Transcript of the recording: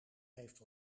heeft